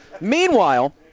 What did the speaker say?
Meanwhile